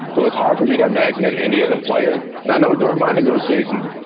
so it's hard for me to imagine that any of the players and i know during my negotiations,